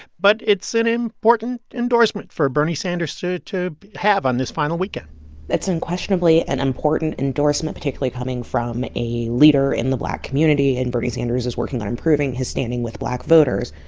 but it's an important endorsement for bernie sanders to to have on this final weekend that's unquestionably an important endorsement, particularly coming from a leader in the black community. and bernie sanders is working on improving his standing with black voters.